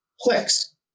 clicks